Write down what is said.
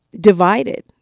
divided